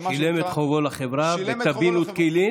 ומה שנקרא --- שילם את חובו לחברה טבין ותקילין